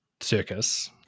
circus